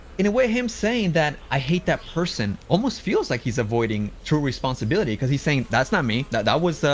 in a way, him saying that i hate that person almost feels like he's avoiding true responsibility because he's saying, that's not me, that that was, ah,